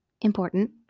Important